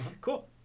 Cool